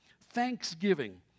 Thanksgiving